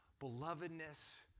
belovedness